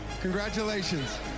congratulations